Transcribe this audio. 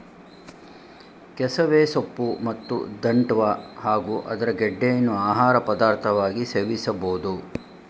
ಕೆಸವೆ ಸೊಪ್ಪು ಮತ್ತು ದಂಟ್ಟ ಹಾಗೂ ಅದರ ಗೆಡ್ಡೆಯನ್ನು ಆಹಾರ ಪದಾರ್ಥವಾಗಿ ಸೇವಿಸಬೋದು